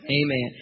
Amen